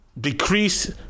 decrease